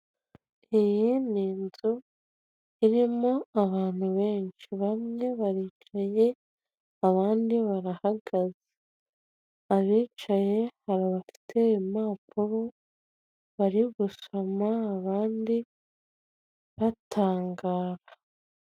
Iyi ni inzu irimo abantu benshi bamwe baricaye abandi barahagaze, abicaye hari abafite impapuro bari gusoma abandi batangara.